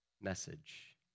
message